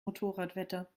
motorradwetter